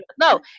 No